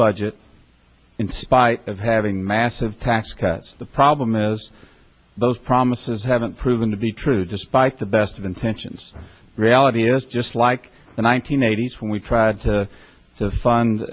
budget in spite of having massive tax cuts the problem is those promises haven't proven to be true despite the best of intentions reality is just like the one nine hundred eighty s when we tried to fund